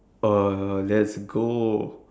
uh let's go